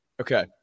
Okay